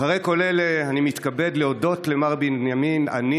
אחרי כל אלה אני מתכבד להודות למר בנימין "אני